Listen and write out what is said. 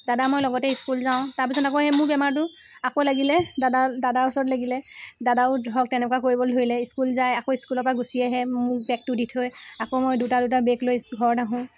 দাদা মই লগতে স্কুল যাওঁ তাৰপাছত আকৌ মোৰ এই বেমাৰটো আকৌ লাগিলে দাদা দাৰ ওচৰত লাগিলে দাদাও ধৰক তেনেকুৱা কৰিব ধৰিলে স্কুল যায় আকৌ স্কুলৰ পৰা গুচি আহে মোক বেগটো দি থৈ আকৌ মই দুটা দুটা বেগ লৈ ঘৰত আহোঁ